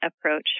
approach